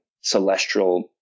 celestial